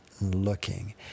looking